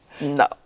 No